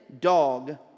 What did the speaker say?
dog